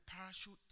parachute